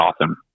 awesome